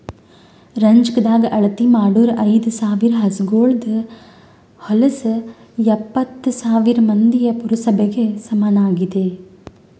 ರಂಜಕದಾಗ್ ಅಳತಿ ಮಾಡೂರ್ ಐದ ಸಾವಿರ್ ಹಸುಗೋಳದು ಹೊಲಸು ಎಪ್ಪತ್ತು ಸಾವಿರ್ ಮಂದಿಯ ಪುರಸಭೆಗ ಸಮನಾಗಿದೆ